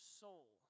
soul